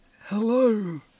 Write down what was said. Hello